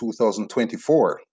2024